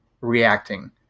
reacting